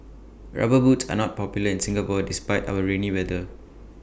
rubber boots are not popular in Singapore despite our rainy weather